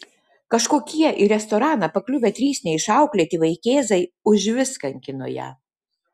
kažkokie į restoraną pakliuvę trys neišauklėti vaikėzai užvis kankino ją